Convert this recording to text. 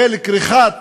של כריכת